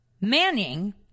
Manning